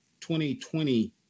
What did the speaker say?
2020